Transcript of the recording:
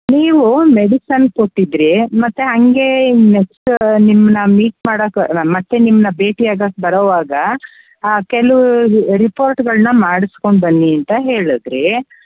ನೀವು ಮೆಡಿಸನ್ ಕೊಟ್ಟಿದ್ದಿರಿ ಮತ್ತು ಹಾಗೆ ನೆಕ್ಸ್ಟ್ ನಿಮ್ಮನ್ನ ಮೀಟ್ ಮಾಡಕ್ಕೆ ನಾನು ಮತ್ತೆ ನಿಮ್ಮನ್ನ ಭೇಟಿಯಾಗಕ್ಕೆ ಬರೋವಾಗ ಕೆಲವು ರಿ ರಿಪೋರ್ಟ್ಗಳನ್ನ ಮಾಡಿಸಿಕೊಂಡು ಬನ್ನಿ ಅಂತ ಹೇಳಿದ್ರಿ